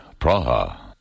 Praha